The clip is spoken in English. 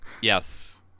Yes